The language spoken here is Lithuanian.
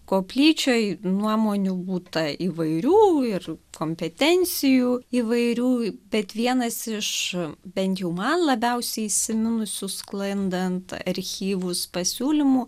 koplyčioj nuomonių būta įvairių ir kompetencijų įvairių bet vienas iš bent jau man labiausiai įsiminusių sklandant archyvus pasiūlymų